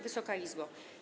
Wysoka Izbo!